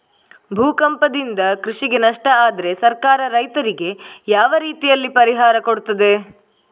ಭೂಕಂಪದಿಂದ ಕೃಷಿಗೆ ನಷ್ಟ ಆದ್ರೆ ಸರ್ಕಾರ ರೈತರಿಗೆ ಯಾವ ರೀತಿಯಲ್ಲಿ ಪರಿಹಾರ ಕೊಡ್ತದೆ?